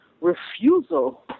refusal